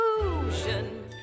illusion